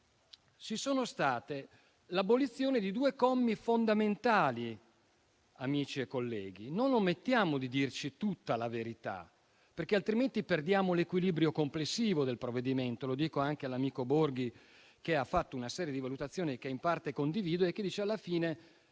vi è stata l'abolizione di due commi fondamentali. Amici e colleghi, non omettiamo di dirci tutta la verità, altrimenti perdiamo l'equilibrio complessivo del provvedimento. Mi rivolgo anche all'amico senatore Borghi, che ha fatto una serie di valutazioni, che in parte condivido, e che ritiene che, alla fine,